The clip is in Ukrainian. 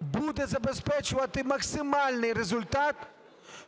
буде забезпечувати максимальний результат,